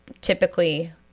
typically